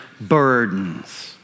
burdens